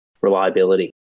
reliability